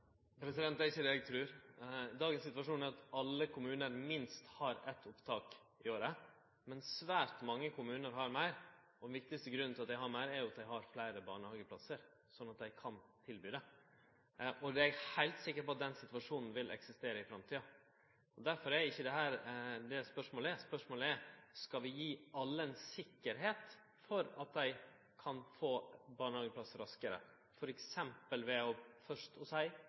ikkje det eg trur. Dagens situasjon er at alle kommunar har minst eit opptak i året, men svært mange kommunar har fleire. Den viktigaste grunnen til at dei har fleire, er jo at dei har fleire barnehageplassar, sånn at dei kan tilby det. Eg er heilt sikker på at den situasjonen vil eksistere i framtida. Derfor er det ikkje det spørsmålet er. Spørsmålet er: Skal vi gje alle ein tryggleik for at dei kan få barnehageplass raskare, f.eks. ved først å seie